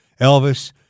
Elvis